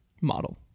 model